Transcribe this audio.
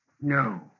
No